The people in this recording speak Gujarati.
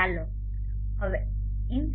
ચાલો હવે insolation